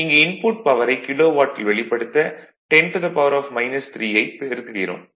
இங்கு இன்புட் பவரை கிலோவாட்டில் வெளிப்படுத்த 10 3 ஐ பெருக்குகிறோம்